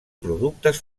productes